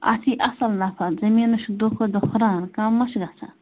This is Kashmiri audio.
اَتھ یہِ اَصل نَفر زٔمیٖنَس چھُ دۄہ کھۄتہٕ دۄہ ہُران کم ما چھُ گژھان